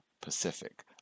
Pacific